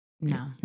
No